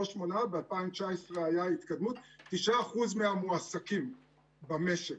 לא 8% ב-2019 הייתה התקדמות 9% מהמועסקים במשק,